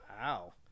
Wow